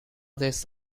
this